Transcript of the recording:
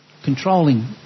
Controlling